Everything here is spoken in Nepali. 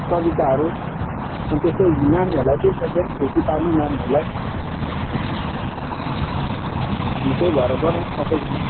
कविताहरू अनि त्यस्तो नानीहरूलाई चाहिँ इन्टर्टेन खुसी पार्नु नानीहरूलाई अन्त त्यही भएर गरौँ सबजना